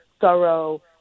thorough